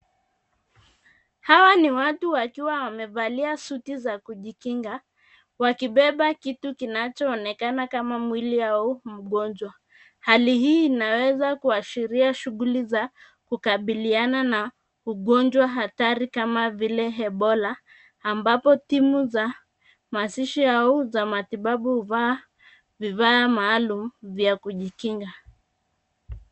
Hawa ni watu wakiwa wamevalia suti za kujikinga wakibeba kitu kinachoonekana kama mwili au mgonjwa. Hali hii inaweza kuashiria shughuli za kukabiliana na ugonjwa hatari kama vile ebola ambapo timu za mazishi ya uza matibabu vya kujikinga.